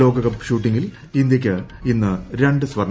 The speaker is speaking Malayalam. ലോക കപ്പ് ഷൂട്ടിംഗിൽ ഇന്ത്യയ്ക്ക് ഇന്ന് രണ്ടു സ്വർണം